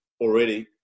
already